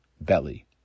belly